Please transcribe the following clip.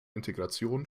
integration